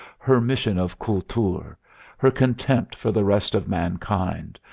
her mission of kultur, her contempt for the rest of mankind,